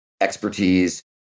expertise